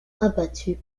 abattue